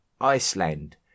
Iceland